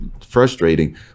frustrating